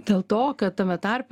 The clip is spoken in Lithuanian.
dėl to kad tame tarpe